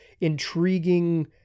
intriguing